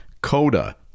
Coda